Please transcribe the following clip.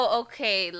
okay